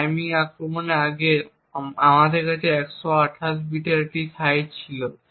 তাই টাইমিং আক্রমণের আগে আমাদের কাছে 128 বিটের কী সাইজ ছিল